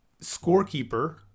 scorekeeper